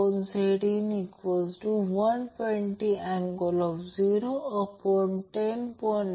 variable फ्रिक्वेंसीसह इंडक्टरमधील maximum voltage शोधा